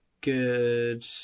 good